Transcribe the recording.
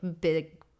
big